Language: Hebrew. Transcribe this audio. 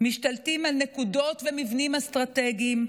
משתלטים על נקודות ומבנים אסטרטגיים,